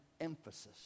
emphasis